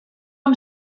amb